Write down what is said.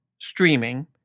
streaming